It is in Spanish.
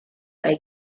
hay